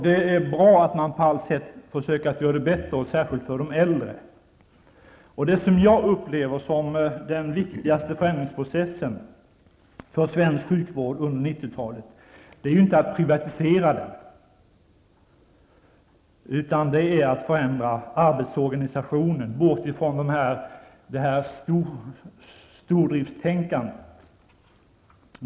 Det är bra att man på alla sätt försöker göra det bättre, och särskilt för de äldre. Som jag upplever det gäller inte den viktigaste förändringsprocessen för svensk sjukvård under 90-talet privatiseringen. Det gäller i stället att förändra arbetsorganisationen. Vi måste bort från stordriftstänkandet.